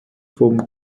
vom